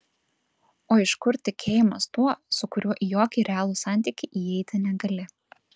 o iš kur tikėjimas tuo su kuriuo į jokį realų santykį įeiti negali